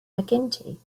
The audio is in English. mcguinty